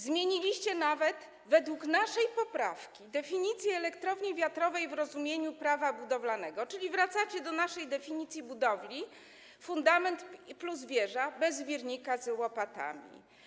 Zmieniliście nawet według naszej poprawki definicję elektrowni wiatrowej w rozumieniu Prawa budowlanego, czyli wracacie do naszej definicji budowli - fundament plus wieża - bez wirnika z łopatami.